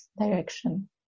direction